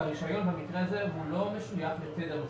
הרישיון במקרה הזה לא משויך לתדר מסוים.